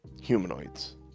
humanoids